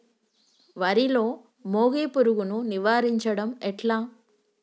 వరిలో మోగి పురుగును నివారించడం ఎట్లా?